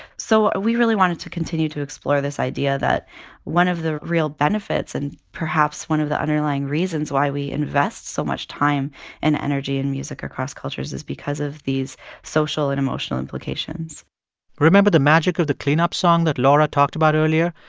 so we really wanted to continue to explore this idea that one of the real benefits and perhaps one of the underlying reasons why we invest so much time and energy in music across cultures is because of these social and emotional implications remember the magic of the clean up song that laura talked about earlier?